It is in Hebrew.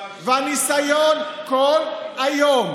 הניסיון, כל היום,